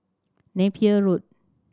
Napier Road